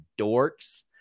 dorks